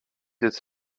its